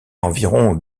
environ